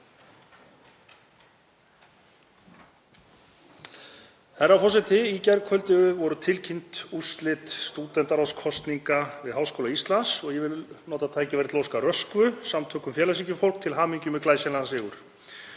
Herra forseti. Í gærkvöldi voru tilkynnt úrslit stúdentaráðskosninga við Háskóla Íslands og ég vil nota tækifærið og óska Röskvu, samtökum félagshyggjufólks, til hamingju með glæsilegan sigur.